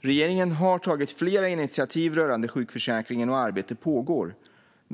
Regeringen har tagit flera initiativ rörande sjukförsäkringen, och arbete pågår.